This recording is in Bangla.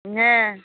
হ্যাঁ